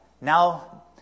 now